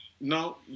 No